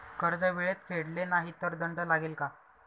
कर्ज वेळेत फेडले नाही तर दंड लागेल का?